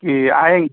कि आएँगी